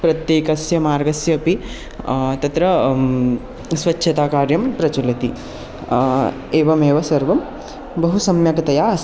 प्रत्येकस्य मार्गस्य अपि तत्र स्वच्छताकार्यं प्रचलति एवमेव सर्वं बहु सम्यक्तया अस्ति